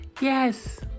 Yes